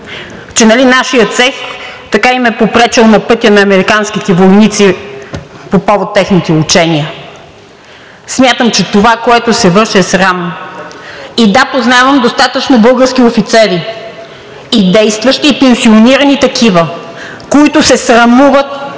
нашият цех им е попречил на пътя на американските войници по повод техните учения. Смятам, че това, което се върши, е срамно. И да, познавам достатъчно български офицери – и действащи, и пенсионирани такива, които се срамуват